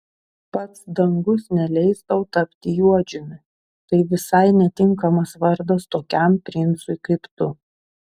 pats dangus neleis tau tapti juodžiumi tai visai netinkamas vardas tokiam princui kaip tu